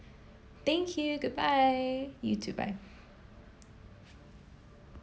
thank you goodbye you too bye